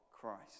Christ